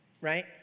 right